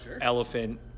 Elephant